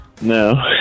No